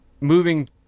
moving